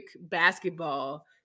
basketball